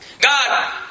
God